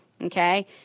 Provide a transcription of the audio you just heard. okay